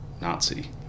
Nazi